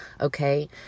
Okay